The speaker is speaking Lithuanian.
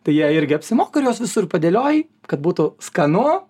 tai jie irgi apsimoka ir juos visur padėlioji kad būtų skanu